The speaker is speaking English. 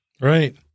Right